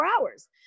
hours